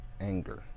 anger